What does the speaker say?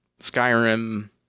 Skyrim